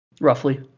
roughly